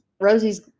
Rosie's